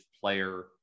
player